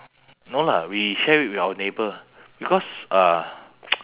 no lah we share with our neighbour because uh